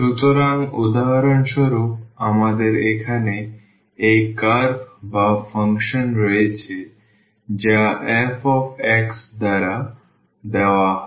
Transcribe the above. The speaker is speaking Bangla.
সুতরাং উদাহরণস্বরূপ আমাদের এখানে এই কার্ভ বা ফাংশন রয়েছে যা f দ্বারা দেওয়া হয়